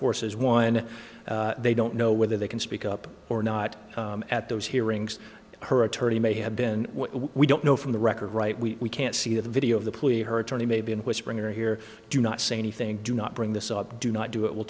forces one they don't know whether they can speak up or not at those hearings her attorney may have been we don't know from the record right we can't see the video of the police her attorney may be whispering you're here do not say anything do not bring this up do not do it we'll